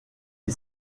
est